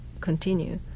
continue